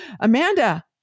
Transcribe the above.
Amanda